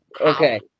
Okay